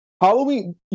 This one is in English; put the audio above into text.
Halloween